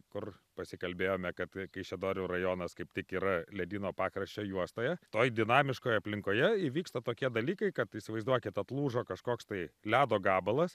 kur pasikalbėjome kad kaišiadorių rajonas kaip tik yra ledyno pakraščio juostoje toj dinamiškoj aplinkoje įvyksta tokie dalykai kad įsivaizduokit atlūžo kažkoks tai ledo gabalas